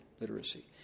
literacy